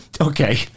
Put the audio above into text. Okay